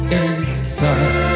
inside